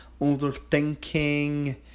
overthinking